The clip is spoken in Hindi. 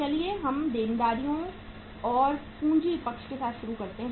चलिए हम देनदारियों और पूंजी पक्ष के साथ शुरू करते हैं